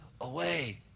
away